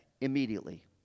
immediately